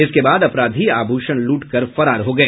इसके बाद अपराधी अभूषण लूट कर फरार हो गए